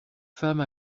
femme